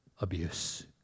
abuse